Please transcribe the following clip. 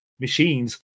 machines